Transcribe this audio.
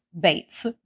Bates